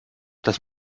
das